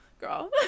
girl